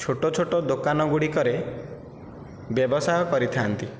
ଛୋଟ ଛୋଟ ଦୋକାନ ଗୁଡ଼ିକରେ ବ୍ୟବସାୟ କରିଥାନ୍ତି